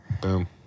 Boom